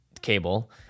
cable